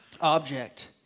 object